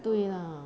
对啦